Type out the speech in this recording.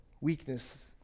weakness